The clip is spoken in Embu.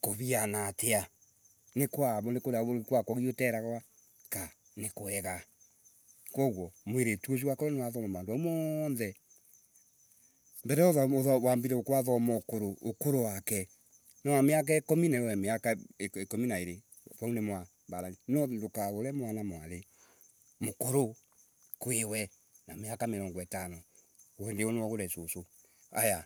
Kuriana atia Ni kwa kuri kwii guteragwa Ka nikwega. Koguo mwiritu urio ni wat hu maundu mau moothe, mbere waambi kwambure kwathomwa ukuru, ukuru wake. ni wa miaka ikumi nawewi wa ikumi na iri. Vau niwalaban no ndukaqure mwanamwari mukuru kwiwe na miaka mirongo itano. Indi io nwogure cucu. Ayia